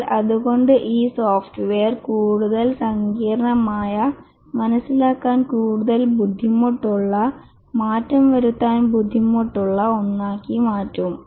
എന്നാൽ അതുകൊണ്ട് ഈ സോഫ്റ്റ്വെയർ കൂടുതൽ സങ്കീർണ്ണമായ മനസ്സിലാക്കാൻ കൂടുതൽ ബുദ്ധിമുട്ടുള്ള മാറ്റം വരുത്താൻ ബുദ്ധിമുട്ടുള്ള ഒന്നാക്കി മാറ്റും